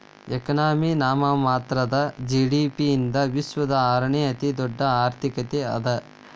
economy ನಾಮಮಾತ್ರದ GDP ಯಿಂದ ವಿಶ್ವದ ಆರನೇ ಅತಿದೊಡ್ಡ್ ಆರ್ಥಿಕತೆ ಅದ